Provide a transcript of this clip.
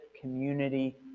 community